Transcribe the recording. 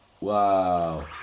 Wow